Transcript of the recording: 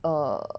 err